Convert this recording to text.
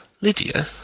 Lydia